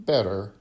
better